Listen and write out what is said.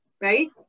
Right